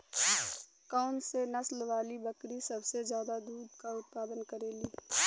कौन से नसल वाली बकरी सबसे ज्यादा दूध क उतपादन करेली?